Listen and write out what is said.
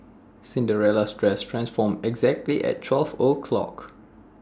Cinderella's dress transformed exactly at twelve o'clock